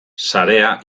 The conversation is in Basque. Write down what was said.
sarea